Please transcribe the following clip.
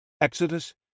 Exodus